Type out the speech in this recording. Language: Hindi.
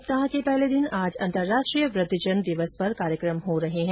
सप्ताह के पहले दिन आज अंतरराष्ट्रीय वुद्वजन दिवस पर कार्यक्रम हो रहे हैं